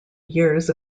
years